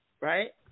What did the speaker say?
right